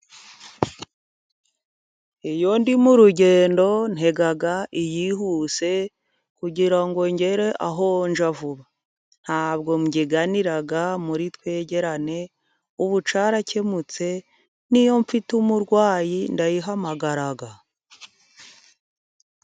Iyo ndi mu rugendo ntega iyihuse kugira ngo ngere aho njya vuba ntabwo mbyiganiraga muri twegerane. Ubu cyarakemutse niyo mfite umurwayi ndayihamagaraga.